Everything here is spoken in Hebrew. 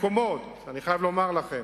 אני חייב לומר לכם,